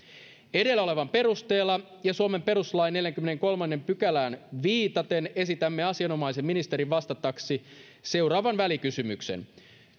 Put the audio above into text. edellä olevan perusteella ja suomen perustuslain neljänteenkymmenenteenkolmanteen pykälään viitaten esitämme asianomaisen ministerin vastattavaksi seuraavan välikysymyksen